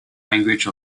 language